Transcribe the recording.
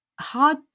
hard